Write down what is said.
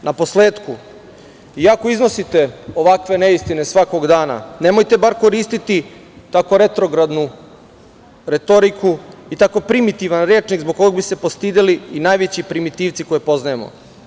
Naposletku i ako iznosite ovakve neistine svakog dana nemojte bar koristiti tako retrogradnu retoriku i tako primitivan rečnik zbog kog bi se postideli najveći primitivci koje poznajemo.